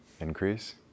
increase